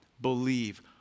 Believe